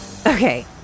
Okay